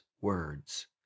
words